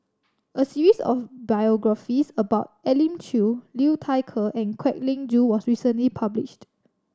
a series of biographies about Elim Chew Liu Thai Ker and Kwek Leng Joo was recently published